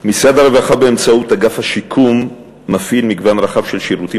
משרד הרווחה באמצעות אגף השיקום מפעיל מגוון רחב של שירותים